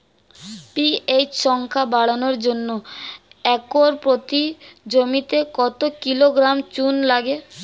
PH সংখ্যা বাড়ানোর জন্য একর প্রতি জমিতে কত কিলোগ্রাম চুন লাগে?